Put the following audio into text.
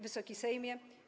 Wysoki Sejmie!